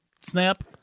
snap